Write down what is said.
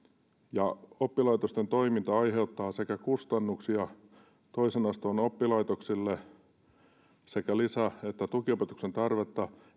ja oppilaitosten toiminta aiheuttaa sekä kustannuksia toisen asteen oppilaitoksille että lisä että tukiopetuksen tarvetta